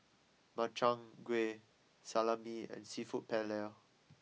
Makchang Gui Salami and Seafood Paella